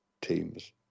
teams